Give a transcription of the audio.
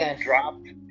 dropped